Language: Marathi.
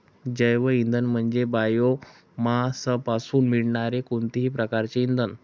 जैवइंधन म्हणजे बायोमासपासून मिळणारे कोणतेही प्रकारचे इंधन